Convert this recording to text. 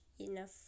enough